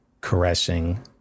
caressing